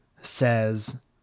says